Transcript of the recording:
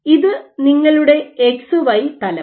ഇത് നിങ്ങളുടെ X Y തലം